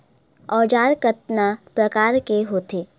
औजार कतना प्रकार के होथे?